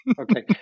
Okay